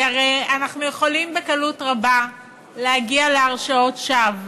כי הרי אנחנו יכולים בקלות רבה להגיע להרשעות שווא.